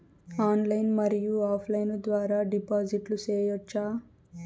Online మరియు offline ద్వారా డిపాజిట్లు సేయొచ్చా?